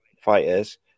fighters